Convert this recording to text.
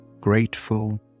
grateful